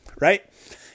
right